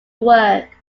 work